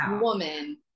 woman